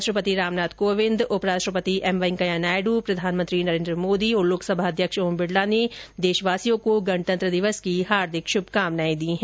राष्ट्रपति रामनाथ कोविंद उपराष्ट्रपति एम वैकेंया नायडू प्रधानमंत्री नरेन्द्र मोदी और लोकसभा अध्यक्ष ओम बिडला ने देशवासियों को गणतंत्र दिवस की हार्दिक शुभकामनाएं दी है